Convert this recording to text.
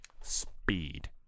speed